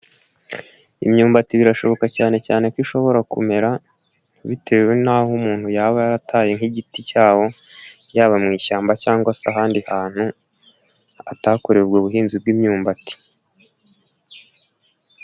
Imyumbati birashoboka cyane cyane ko ishobora kumera bitewe n'aho umuntu yaba yarataye nk'igiti cyawo, yaba mu ishyamba cyangwa se ahandi hantu atakoreye ubwo buhinzi bw'imyumbati.